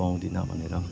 पाउँदिन भनेर